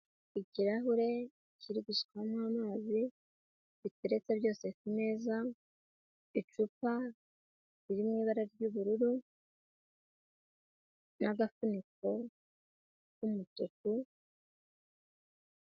Ikirahure kiri gusukwamo amazi biteretse byose ku meza, icupa riri mu ibara ry'ubururu n'agafuniko k'umutuku.